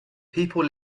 people